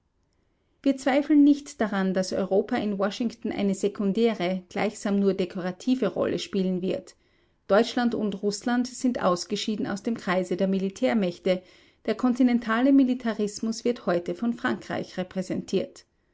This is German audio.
wir zweifeln nicht daran daß europa in washington eine sekundäre gleichsam nur dekorative rolle spielen wird deutschland und rußland sind ausgeschieden aus dem kreise der militärmächte der kontinentale militarismus wird heute von frankreich repräsentiert